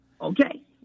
Okay